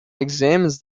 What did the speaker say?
examines